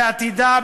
בעתידה,